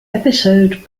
episode